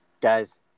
Guys